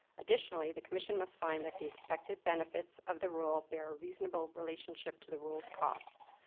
additionally, the commission must find that the expected benefits of the rule bear reasonable relationship to the rule's costs.